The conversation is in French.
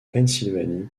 pennsylvanie